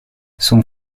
son